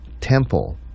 temple